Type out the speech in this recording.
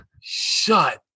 Shut